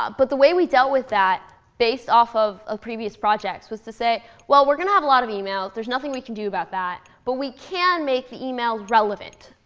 ah but the way we dealt with that based off of of previous projects was to say, well, we're going to have a lot of emails. there's nothing we can do about that. but we can make the emails relevant,